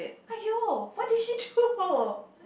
!aiyo! what did she do